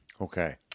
Okay